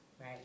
Right